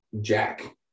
Jack